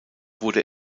wurde